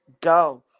go